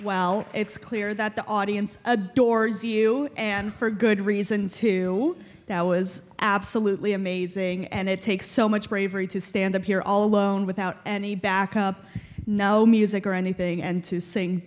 well it's clear that the audience adores you and for good reason to now was absolutely amazing and it takes so much bravery to stand up here all alone without any backup no music or anything and to sing